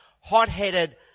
Hot-headed